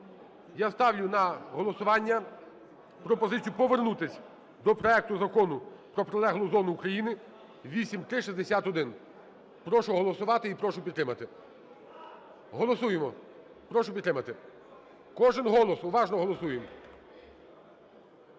Я ставлю на голосування пропозицію повернутись до проекту Закону про прилеглу зону України (8361). Прошу голосувати і прошу підтримати. Голосуємо! Прошу підтримати. Кожен голос, уважно голосуємо.